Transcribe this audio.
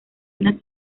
una